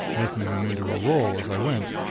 making them into a roll as i went.